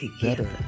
together